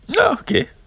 Okay